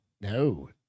no